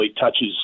touches